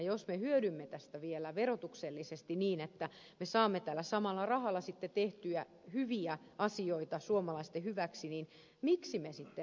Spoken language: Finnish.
jos me hyödymme tästä vielä verotuksellisesti niin että me saamme tällä samalla rahalla tehtyä hyviä asioita suomalaisten hyväksi niin miksi me emme sitten näin tekisi